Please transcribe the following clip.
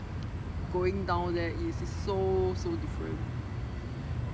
going down there is so so different